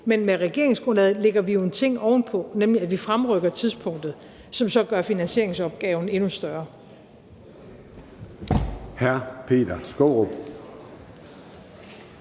Men med regeringsgrundlaget lægger vi jo en ting ovenpå, nemlig at vi fremrykker tidspunktet, som så gør finansieringsopgaven endnu større.